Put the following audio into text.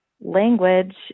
language